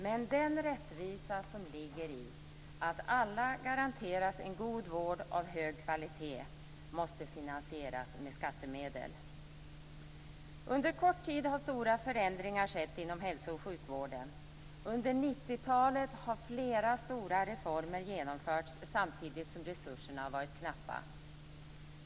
Men den rättvisa som ligger i att alla garanteras en god vård av hög kvalitet måste finansieras med skattemedel. Under kort tid har stora förändringar skett inom hälso och sjukvården. Under 90-talet har flera stora reformer genomförts samtidigt som resurserna har varit knappa.